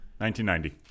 1990